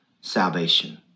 salvation